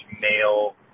male